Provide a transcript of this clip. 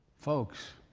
folks,